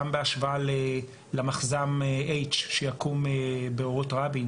גם בהשוואה למחז"מH שיקום באורות רבין,